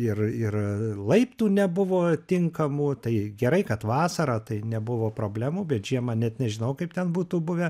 ir ir laiptų nebuvo tinkamų tai gerai kad vasara tai nebuvo problemų bet žiemą net nežinau kaip ten būtų buvę